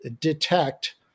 detect